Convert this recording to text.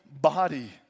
body